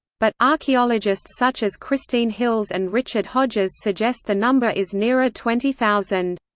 but, archaeologists such as christine hills and richard hodges suggest the number is nearer twenty thousand.